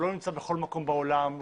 הוא לא נמצא בכל מקום בעולם.